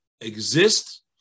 exist